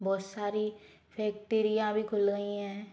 बहुत सारी फैक्ट्रियाँ भी खुल गई हैं